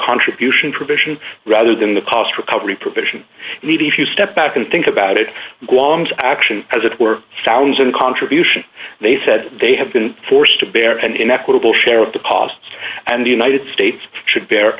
contribution provision rather than the cost recovery provision and even if you step back and think about it guam's action as it were sounds and contribution they said they have been forced to bear an inequitable share of the cost and the united states should bear